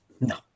No